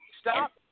Stop